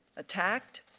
attacked,